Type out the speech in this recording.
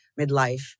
midlife